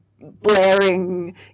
blaring